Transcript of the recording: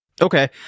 Okay